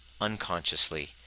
unconsciously